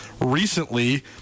recently